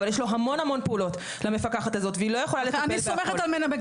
יש המון פעולות למפקחת הזאת והיא לא יכולה לטפל בכל.